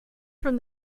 from